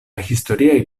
historiaj